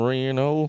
Reno